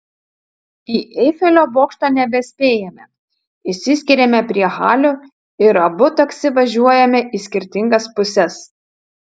į eifelio bokštą nebespėjame išsiskiriame prie halių ir abu taksi važiuojame į skirtingas puses